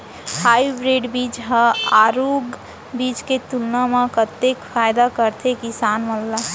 Hybrid बीज हा आरूग बीज के तुलना मा कतेक फायदा कराथे किसान मन ला?